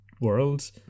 world